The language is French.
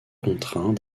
contraints